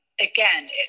again